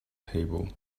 table